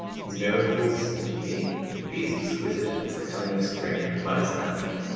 his miracles seem to me to be as exquisite as the coming of spring, and quite as natural.